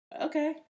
okay